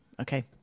Okay